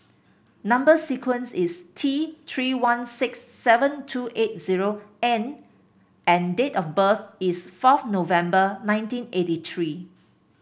number sequence is T Three one six seven two eight zero N and date of birth is fourth November nineteen eighty three